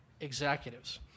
executives